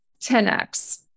10x